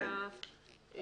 השאלה,